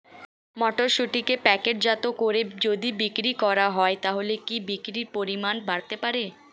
মটরশুটিকে প্যাকেটজাত করে যদি বিক্রি করা হয় তাহলে কি বিক্রি পরিমাণ বাড়তে পারে?